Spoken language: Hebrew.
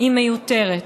היא מיותרת,